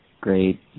great